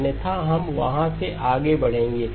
अन्यथा हम वहां से आगे बढ़ेंगे